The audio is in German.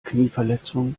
knieverletzung